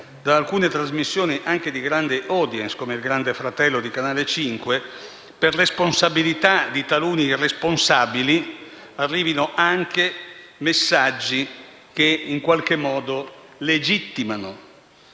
da alcune trasmissioni anche di grande *audience* come il «Grande Fratello» su Canale 5, per responsabilità di taluni irresponsabili, arrivino anche messaggi che in qualche modo legittimano